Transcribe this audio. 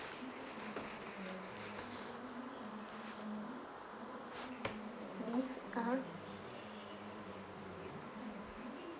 mmhmm (uh huh)